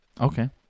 Okay